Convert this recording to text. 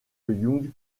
young